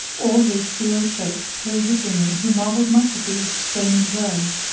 all this the old shaykh told the jinni who marvelled much at these strange words.